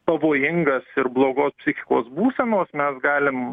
pavojingas ir blogos psichikos būsenos mes galim